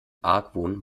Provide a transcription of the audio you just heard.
argwohn